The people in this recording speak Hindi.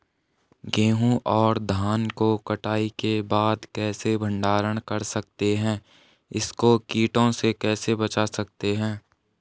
गेहूँ और धान को कटाई के बाद कैसे भंडारण कर सकते हैं इसको कीटों से कैसे बचा सकते हैं?